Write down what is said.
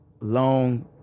long